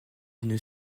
une